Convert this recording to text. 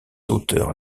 auteurs